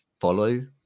follow